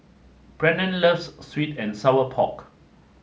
Brennen loves Sweet and Sour Pork